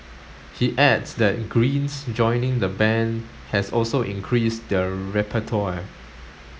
he adds that Green's joining the band has also increased their repertoire